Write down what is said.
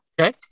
Okay